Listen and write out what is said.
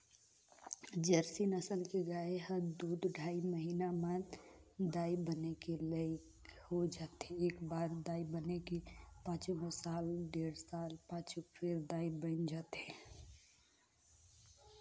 Jersey नसल के गाय ह दू ढ़ाई महिना म दाई बने के लइक हो जाथे, एकबार दाई बने के पाछू में साल डेढ़ साल पाछू फेर दाई बइन जाथे